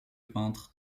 peintre